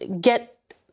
get